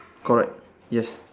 correct yes